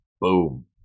boom